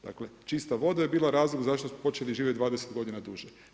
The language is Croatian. Dakle, čista voda je bila razlog zašto su počeli živjeti 20 godina duže.